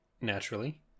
naturally